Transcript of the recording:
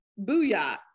Booyah